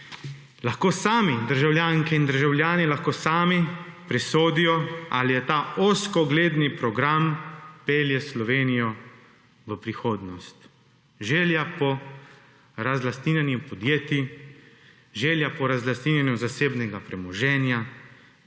Lahko sami, državljanke in državljani lahko sami prisodijo, ali je ta ozkogledni program pelje Slovenijo v prihodnost. Želja po razlastninjenju podjetij, želja po razlastninjenju zasebnega premoženja,